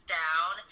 down